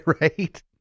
Right